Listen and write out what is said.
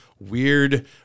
weird